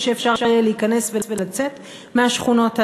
שאפשר יהיה להיכנס ולצאת מהשכונות האלה.